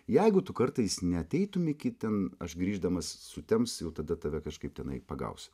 jeigu tu kartais neateitum iki ten aš grįždamas sutems jau tada tave kažkaip tenai pagausiu